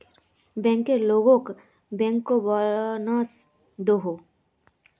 banker लोगोक bank bonus दोहों